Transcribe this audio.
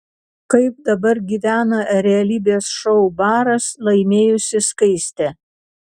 kaip dabar gyvena realybės šou baras laimėjusi skaistė